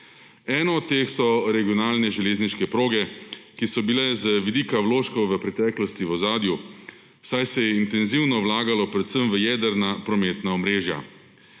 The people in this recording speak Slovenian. Eno od teh so regionalne železniške proge, ki so bile z vidika vložkov v preteklosti v ozadju, saj se je intenzivno vlagalo predvsem v jedrna prometna omrežja.